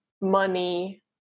money